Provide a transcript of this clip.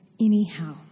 anyhow